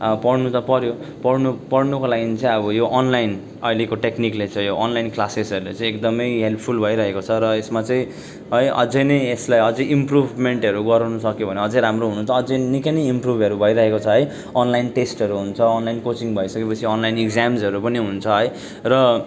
पढ्नु त पऱ्यो पढ्नु पढ्नको लागि चाहिँ अब यो अनलाइन अहिलेको टेक्निकले चाहिँ यो अनलाइन क्लासेसहरूले चाहिँ एकदमै हेल्पफुल भइरहेको छ र यसमा चाहिँ है अझ नै यसलाई अझ इम्प्रुभमेन्टहरू गराउन सक्यो भने अझ राम्रो हुनु त अझ नै निकै नै इम्प्रुभहरू भइरहेको छ है अनलाइन टेस्टहरू हुन्छ अनलाइन कोचिङ भइसके पछि अनलाइन एक्जाम्सहरू पनि हुन्छ है र